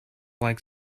like